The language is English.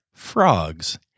frogs